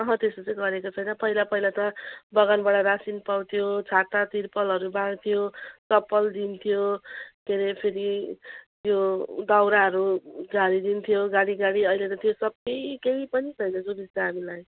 अहँ त्यस्तो चाहिँ गरेको छैन पहिला पहिला त बगानबाट रासिन पाउँथ्यो छाता तिर्पलहरू बाँड्थियो चप्पल दिन्थ्यो के अरे फेरि यो दाउराहरू झारिदिन्थ्यो गाडी गाडी अहिले त त्यो सबै केही पनि छैन सुविस्ता हामीलाई